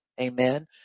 amen